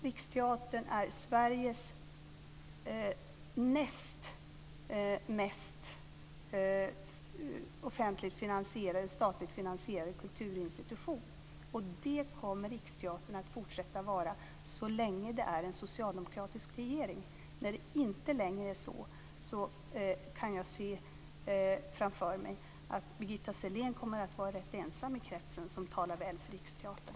Riksteatern är Sveriges näst mest offentligt och statligt finansierade kulturinstitution, och det kommer Riksteatern att fortsätta att vara så länge det är en socialdemokratisk regering. När det inte längre är så kan jag se framför mig att Birgitta Sellén kommer att vara rätt ensam i kretsen som talar väl för Riksteatern.